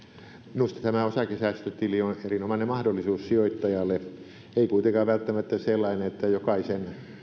minusta tämä osakesäästötili on erinomainen mahdollisuus sijoittajalle ei kuitenkaan välttämättä sellainen että jokaisen